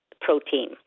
protein